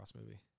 movie